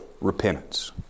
repentance